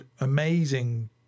amazing